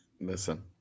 Listen